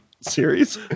series